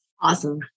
Awesome